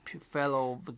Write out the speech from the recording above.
fellow